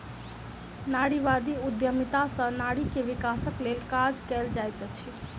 नारीवादी उद्यमिता सॅ नारी के विकासक लेल काज कएल जाइत अछि